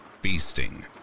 feasting